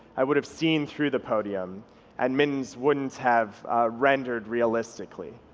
i would have seen through the podium and mittens wouldn't have rendered realistically.